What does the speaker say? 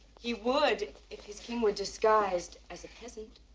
he would if his king were disguised as a peasant.